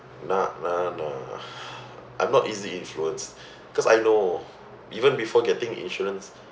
nah nah nah I'm not easily influenced cause I know even before getting insurance